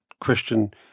Christian